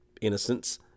innocence